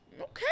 Okay